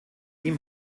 ihm